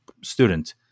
student